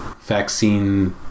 vaccine